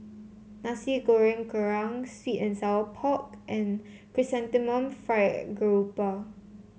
Nasi Goreng Kerang sweet and Sour Pork and Chrysanthemum Fried Garoupa